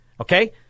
okay